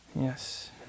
Yes